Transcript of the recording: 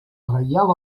reial